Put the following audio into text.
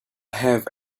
have